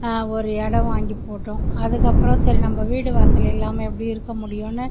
ஒரு இடம் வாங்கி போட்டோம் அதற்கப்பறம் சரி நம்ப வீடு வாசல் இல்லாமல் எப்படி இருக்க முடியுன்னு